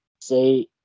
say